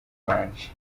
banje